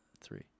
Three